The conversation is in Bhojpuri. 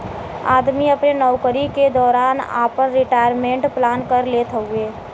आदमी अपने नउकरी के दौरान आपन रिटायरमेंट प्लान कर लेत हउवे